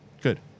good